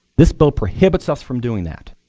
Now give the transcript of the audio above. this bill prohibits us from doing that.